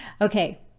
Okay